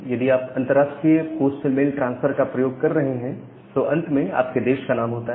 यदि आप अंतरराष्ट्रीय पोस्टल मेल ट्रांसफर का प्रयोग कर रहे हैं तो अंत में आपके देश का नाम होता है